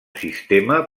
sistema